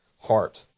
heart